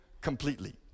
completely